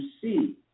see